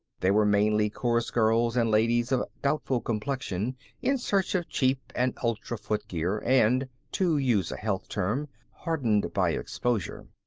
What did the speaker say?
they were mainly chorus girls and ladies of doubtful complexion in search of cheap and ultra footgear, and to use a health term hardened by exposure.